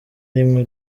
rimwe